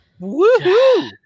Woohoo